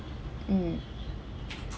mm